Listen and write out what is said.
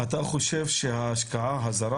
אבל יש הכרה בחוסר